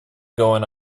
going